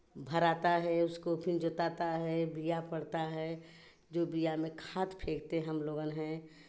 भराता है उसको फिर जोताता है बिया पड़ता है जो बिया में खाद फेंकते हमलोगन हैं